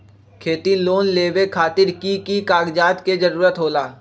खेती लोन लेबे खातिर की की कागजात के जरूरत होला?